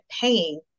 paying